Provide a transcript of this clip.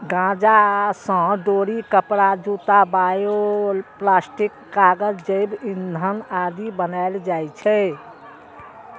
गांजा सं डोरी, कपड़ा, जूता, बायोप्लास्टिक, कागज, जैव ईंधन आदि बनाएल जाइ छै